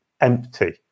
empty